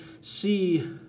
see